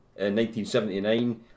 1979